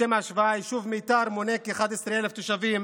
לשם השוואה, היישוב מיתר מונה כ-11,000 תושבים,